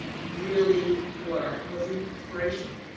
really were was um inspirational.